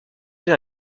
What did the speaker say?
dans